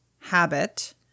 habit